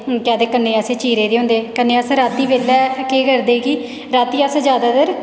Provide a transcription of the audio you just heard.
केह् आखदे कन्नै असें चीरे दे होंदे कन्नै अस रातीं बेल्लै केह् करदे कि रातीं अस जादैतर